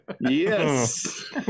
yes